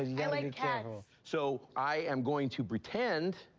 yeah like cats. so, i am going to pretend,